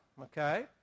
okay